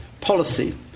policy